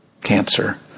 cancer